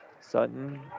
Sutton